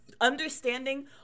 understanding